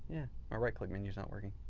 my right click menu is not working.